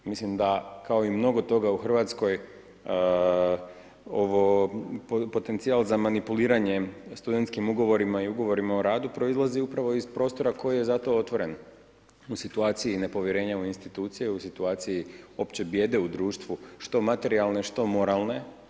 Misli da kao i mnogo toga u Hrvatskoj potencijal za manipuliranje studentskim ugovorima i ugovorima o radu proizlazi upravo iz prostora koji je zato otvoren u situaciji nepovjerenja u institucije, u situaciji opće bijede u društvu što materijalne, što moralne.